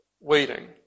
waiting